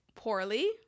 poorly